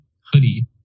hoodie